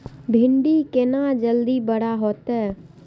भिंडी केना जल्दी बड़ा होते?